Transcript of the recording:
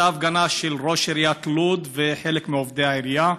הייתה הפגנה של ראש עיריית לוד וחלק מעובדי העירייה